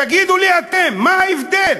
תגידו לי אתם מה ההבדל.